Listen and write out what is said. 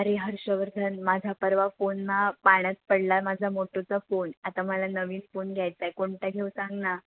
अरे हर्षवर्धन माझा परवा फोन ना पाण्यात पडला आहे माझा मोटोचा फोन आता मला नवीन फोन घ्यायचा आहे कोणता घेऊ सांग ना